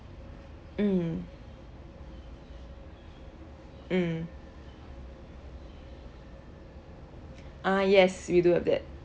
mm mm uh yes we do have that